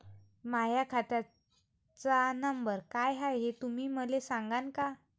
माह्या खात्याचा नंबर काय हाय हे तुम्ही मले सागांन का?